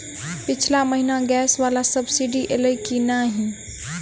पिछला महीना गैस वला सब्सिडी ऐलई की नहि?